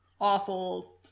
awful